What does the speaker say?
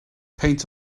peint